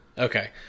Okay